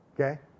Okay